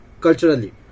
culturally